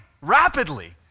rapidly